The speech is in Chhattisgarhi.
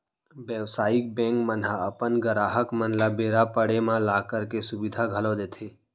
बेवसायिक बेंक मन ह अपन गराहक मन ल बेरा पड़े म लॉकर के सुबिधा घलौ देथे